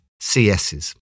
CSs